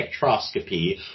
spectroscopy